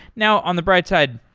now, on the bright side,